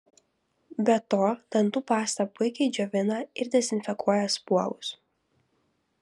be to dantų pasta puikiai džiovina ir dezinfekuoja spuogus